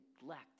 neglect